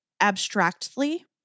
abstractly